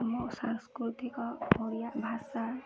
ଆମ ସାଂସ୍କୃତିକ ଓଡ଼ିଆ ଭାଷା